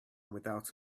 without